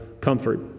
comfort